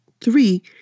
Three